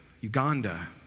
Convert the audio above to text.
Uganda